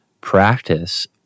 practice